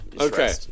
Okay